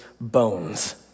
bones